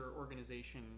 organization